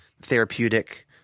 therapeutic